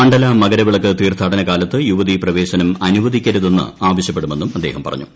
മണ്ഡല മകരവിളക്ക് തീർഥാടന കാലത്ത് യൂവതീ പ്രവേശനം അനുവദിക്കരുതെന്ന് ആവശ്യപ്പെടുമെന്നും അദ്ദേഹം പറഞ്ഞു